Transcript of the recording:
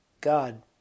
God